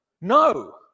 no